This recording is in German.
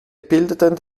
bildeten